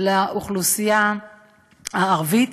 לאוכלוסייה הערבית